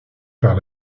par